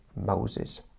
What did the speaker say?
Moses